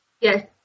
Yes